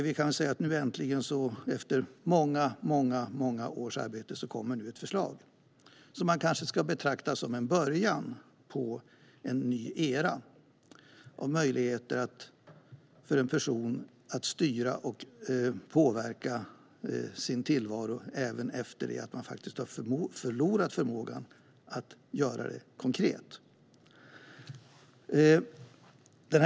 Nu kommer äntligen, efter många års arbete, ett förslag som man kanske ska betrakta som början på en ny era av möjligheter för en person att styra och påverka sin tillvaro även efter det att man har förlorat förmågan att göra det konkret.